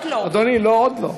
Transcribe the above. אדוני, עוד לא.